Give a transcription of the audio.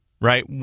right